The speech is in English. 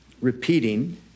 repeating